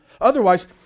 Otherwise